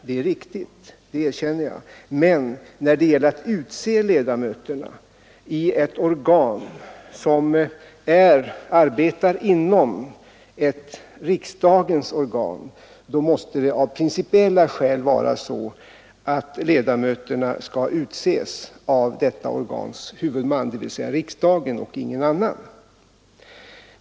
Det är riktigt, jag erkänner det, men när det gäller att utse ledamöterna i en styrelse som arbetar inom ett riksdagens organ, då måste det av principiella skäl vara så att ledamöterna utses av detta organs huvudman, dvs. riksdagen, och ingen annan.